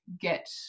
get